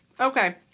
Okay